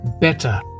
better